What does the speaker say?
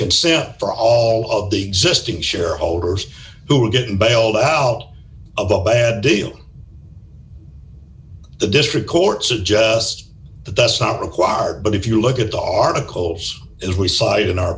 consent for all of the existing shareholders who were getting bailed out of a bad deal the district court suggests that that's not required but if you look at the articles as we cited in our